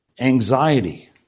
anxiety